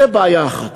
זה בעיה אחת.